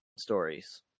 stories